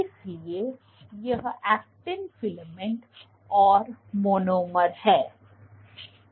इसलिए यह actin filament और मोनोमर है